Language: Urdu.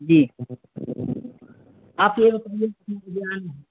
جی آپ یہ بتائیے کتنے بجے آنا ہے